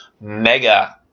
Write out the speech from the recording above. mega